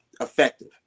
effective